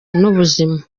n’ubuzima